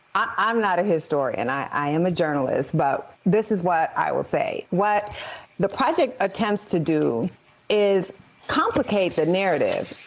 i'm not a historian. i am a journalist, but this is what i will say. what the project attempts to do is complicate the narrative.